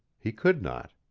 he could not.